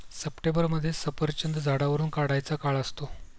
सप्टेंबरमध्ये सफरचंद झाडावरुन काढायचा काळ असतो